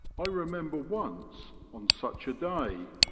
i remember once, on such a day,